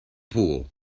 pool